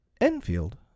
Enfield